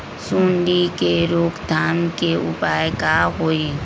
सूंडी के रोक थाम के उपाय का होई?